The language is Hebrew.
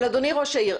אבל אדוני ראש העיר,